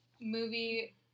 movie